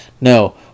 No